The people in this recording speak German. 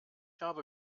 habe